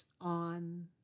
on